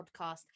podcast